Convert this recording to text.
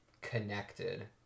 connected